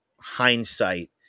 hindsight